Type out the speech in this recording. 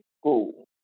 school